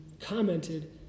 commented